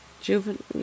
Juvenile